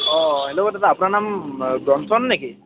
অঁ হেল্ল' দাদা আপোনাৰ নাম ব্ৰনছন নেকি